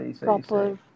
proper